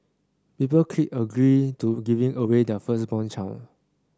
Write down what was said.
people clicked agree to giving away their firstborn child